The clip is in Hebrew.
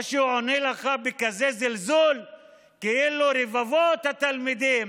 או שהוא עונה לך בכזה זלזול כאילו רבבות התלמידים,